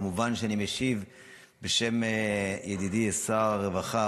כמובן שאני משיב בשם ידידי שר הרווחה,